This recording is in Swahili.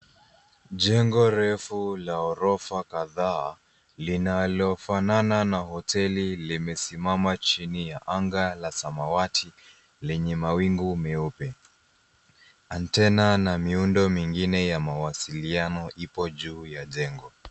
Jengo refu la ghorofa kadhaa linalofanana na hoteli limesimama chini ya anga la samawati lenye mawingu meupe. Antena na miundo mingine ya mawasiliano ipo juu ya jengo.